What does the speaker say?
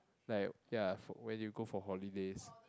like ya f~ where do you go for holidays